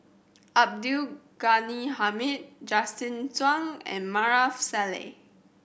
Abdul Ghani Hamid Justin Zhuang and Maarof Salleh